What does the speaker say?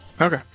Okay